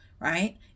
right